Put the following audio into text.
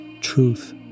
Truth